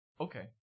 Okay